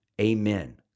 Amen